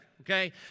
Okay